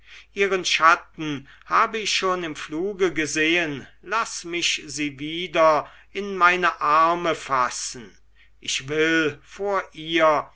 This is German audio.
ihren schatten habe ich schon im fluge gesehen laß mich sie wieder in meine arme fassen ich will vor ihr